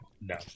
No